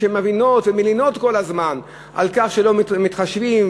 שמבינות ומלינות כל הזמן על כך שלא מתחשבים,